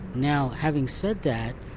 now having said that,